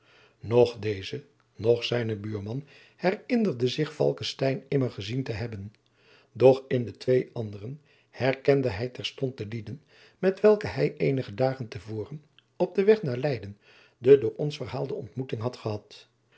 dezen noch zijnen buurman herinnerde zich falckestein immer gezien te hebben doch in de twee anderen herkende hij terstond de lieden met welke hij eenige dagen te voren op den weg naar leyden de door ons verhaalde ontmoeting had gehad